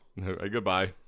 Goodbye